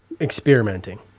experimenting